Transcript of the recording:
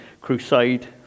Crusade